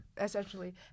essentially